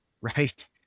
right